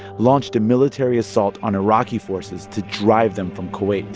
launched a military assault on iraqi forces to drive them from kuwait